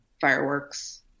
fireworks